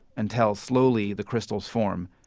until slowly the crystals form.